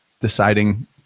deciding